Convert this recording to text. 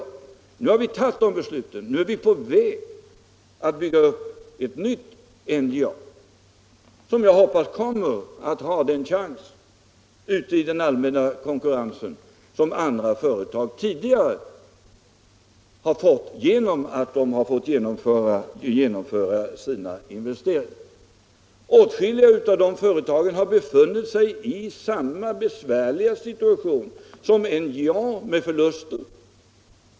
Men nu har vi tagit de besluten och är på väg att bygga upp ett nytt NJA, som jag hoppas kommer att ha den chans ute i den allmänna konkurrensen som andra företag haft genom att de tidigare fått genomföra sina investeringar. Åtskilliga av dessa företag har befunnit sig i samma besvärliga situation som NJA med förluster.